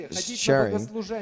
sharing